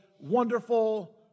Wonderful